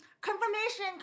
confirmation